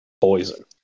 poison